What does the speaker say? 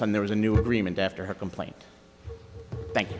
on there was a new agreement after her complaint thank you